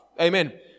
Amen